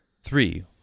Three